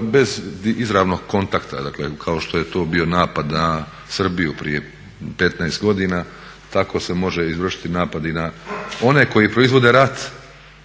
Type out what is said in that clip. bez izravnog kontakta. Dakle, kao što je to bio napad na Srbiju prije 15 godina tako se može izvršiti i napad na one koji proizvode rat